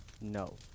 No